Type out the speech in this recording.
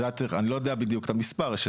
אני לא יודע בדיוק את המספר.